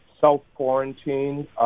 self-quarantine